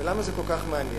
ולמה זה כל כך מעניין?